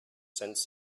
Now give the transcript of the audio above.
cents